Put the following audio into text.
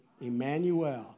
Emmanuel